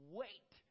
wait